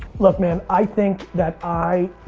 look, man, i think that i,